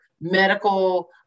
medical